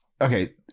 okay